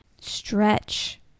stretch